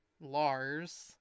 lars